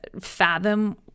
fathom